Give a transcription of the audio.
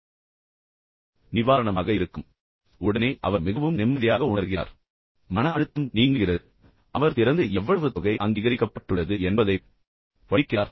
தொகை வழங்கப்பட்டுவிட்டது என்பதை பார்த்த உடனே அவர் மிகவும் நிம்மதியாக உணர்கிறார் மன அழுத்தம் நீங்குகிறது பின்னர் அவர் திறந்து எவ்வளவு தொகை அங்கீகரிக்கப்பட்டுள்ளது என்பதைப் படிக்கிறார்